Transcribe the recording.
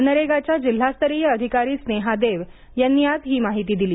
मनरेगाच्या जिल्हास्तरीय अधिकारी स्नेहा देव यांनी आज ही माहिती दिली